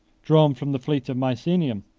drawn from the fleet of misenum,